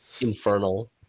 Infernal